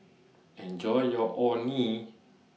Enjoy your Orh Nee